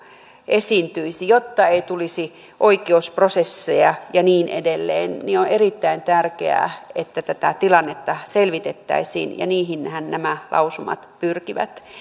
esiintyisi ja jotta ei tulisi oikeusprosesseja ja niin edelleen niin on erittäin tärkeää että tätä tilannetta selvitettäisiin ja niihinhän nämä lausumat pyrkivät